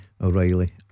O'Reilly